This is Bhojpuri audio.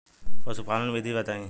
पशुपालन विधि बताई?